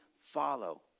follow